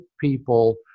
people